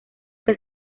que